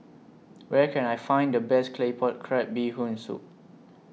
Where Can I Find The Best Claypot Crab Bee Hoon Soup